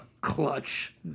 Clutch